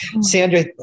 Sandra